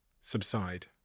subside